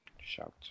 Shout